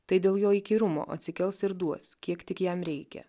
tai dėl jo įkyrumo atsikels ir duos kiek tik jam reikia